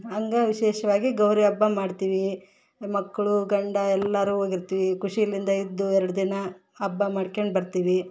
ಹಂಗ ವಿಶೇಷವಾಗಿ ಗೌರಿ ಹಬ್ಬ ಮಾಡ್ತೀವಿ ಮಕ್ಕಳು ಗಂಡ ಎಲ್ಲರೂ ಹೋಗಿರ್ತಿವಿ ಖುಷಿಯಿಂದ ಇದ್ದು ಎರಡು ದಿನ ಹಬ್ಬ ಮಾಡ್ಕೊಂಡು ಬರ್ತೀವಿ